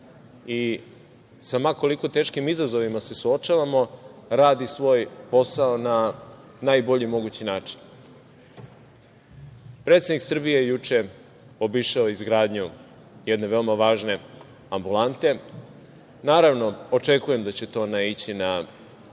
i sa ma koliko teškim izazovima se suočavamo, radi svoj posao na najbolji mogući način. Predsednik Srbije je juče obišao izgradnju jedne veoma važne ambulante, naravno, očekujem da će to naići na kritike